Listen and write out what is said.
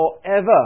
forever